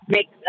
Make